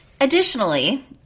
Additionally